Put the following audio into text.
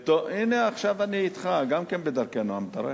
הנה, עכשיו אני אתך גם כן בדרכי נועם, אתה רואה?